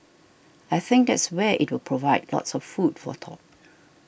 I think that's where it will provide lots of food for thought